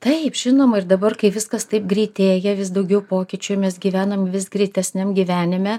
taip žinoma ir dabar kai viskas taip greitėja vis daugiau pokyčių mes gyvenam vis greitesniam gyvenime